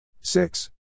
Six